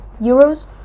euros